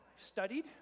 studied